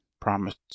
promised